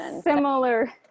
similar